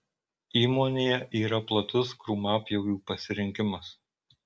įmonėje yra platus krūmapjovių pasirinkimas